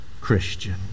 Christian